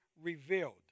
revealed